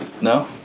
no